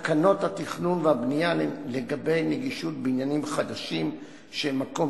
תקנות התכנון והבנייה לגבי נגישות בניינים חדשים שהם מקום